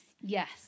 Yes